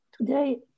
today